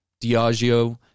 Diageo